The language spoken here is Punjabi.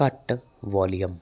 ਘੱਟ ਵਾਲੀਅਮ